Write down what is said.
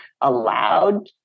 allowed